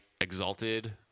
Exalted